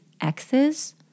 X's